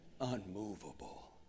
unmovable